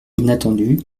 inattendu